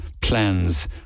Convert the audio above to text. plans